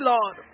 Lord